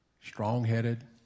strong-headed